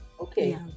okay